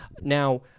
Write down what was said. Now